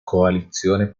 coalizione